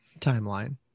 Timeline